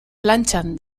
plantxan